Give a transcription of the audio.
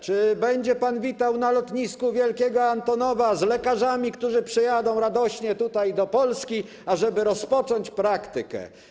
Czy będzie pan witał na lotnisku wielkiego Antonowa z lekarzami, którzy przyjadą radośnie tutaj, do Polski, ażeby rozpocząć praktykę?